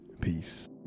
peace